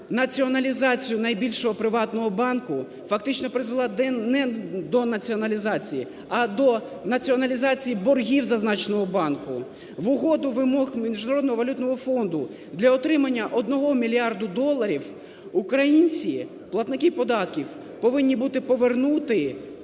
націоналізацію найбільшого приватного банку, фактично призвела не до націоналізації, а до націоналізації боргів зазначеного банку. В угоду вимог Міжнародного валютного фонду для отримання 1 мільярда доларів українці – платники податків - повинні будуть повернути